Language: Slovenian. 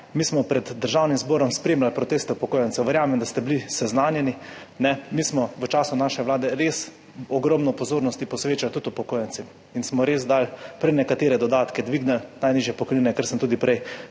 Mi smo pred Državnim zborom spremljali proteste upokojencev. Verjamem, da ste bili seznanjeni. Mi smo v času naše vlade res ogromno pozornosti posvečali tudi upokojencem in smo jim res dali prenekatere dodatke, dvignili najnižje pokojnine, kar sem tudi prej